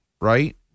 right